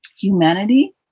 humanity